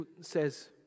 says